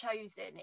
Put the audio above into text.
chosen